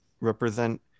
represent